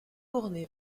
tourné